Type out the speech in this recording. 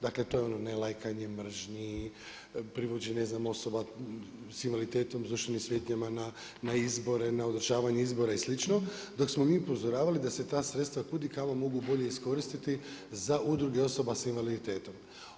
Dakle, to je ono nelajkanje, mržnji, privođenje, ne znam, osoba s invaliditetom, duševnim smetanjima na izbore, na održavanja izbora i slično dok smo mi upozoravali da se ta sredstva mogu kud i kamo mogu bolje iskoristiti za udruge osoba s invaliditetom.